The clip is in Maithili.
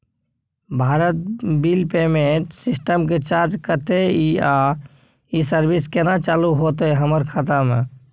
भारत बिल पेमेंट सिस्टम के चार्ज कत्ते इ आ इ सर्विस केना चालू होतै हमर खाता म?